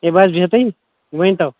بَس بِہتٕے ؤنۍ تَو